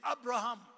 Abraham